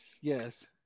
Yes